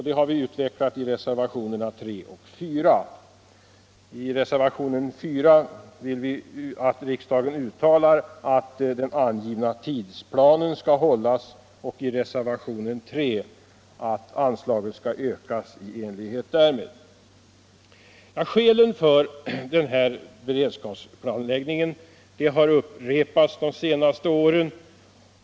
Det har vi utvecklat i reservationerna 3 och 4. I reservationen 4 yrkar vi att riksdagen uttalar att den angivna tidsplanen skall hållas och i reservationen 3 att anslaget skall ökas i enlighet därmed. Skälen för denna beredskapsplanläggning har vi upprepat de senaste åren.